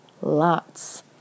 lots